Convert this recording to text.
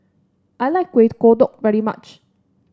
I like Kuih Kodok very much